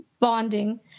Bonding